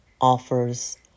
offers